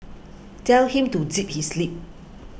tell him to zip his lip